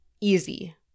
easy